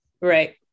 Right